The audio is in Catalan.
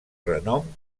renom